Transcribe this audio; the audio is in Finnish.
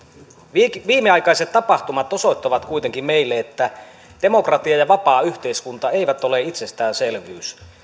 viimeaikaiset tapahtumat osoittavat kuitenkin meille että demokratia ja vapaa yhteiskunta eivät ole itsestäänselvyys